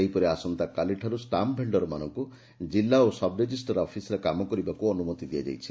ସେହିପରି ଆସନ୍ତାକାଲିଠାରୁ ଷ୍ଟାମ୍ମ ଭେଣ୍ଡରମାନଙ୍କୁ କିଲ୍ଲୁ ଓ ସବ୍ରେଳିଷ୍ଟାର ଅଫିସରେ କାମ କରିବାକୁ ଅନୁମତି ଦିଆଯାଇଛି